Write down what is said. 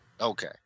Okay